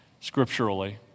scripturally